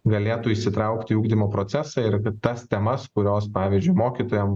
galėtų įsitraukt į ugdymo procesą ir kad tas temas kurios pavyzdžiui mokytojam